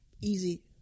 Easy